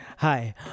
Hi